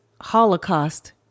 Holocaust